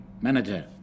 manager